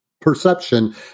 perception